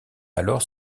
alors